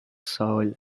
soil